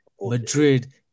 Madrid